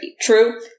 true